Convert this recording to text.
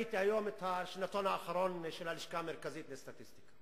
ראיתי היום את השנתון האחרון של הלשכה המרכזית לסטטיסטיקה.